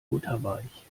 butterweich